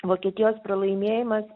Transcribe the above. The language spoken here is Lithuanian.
vokietijos pralaimėjimas